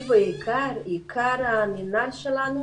עיקר המנהל שלנו